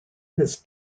his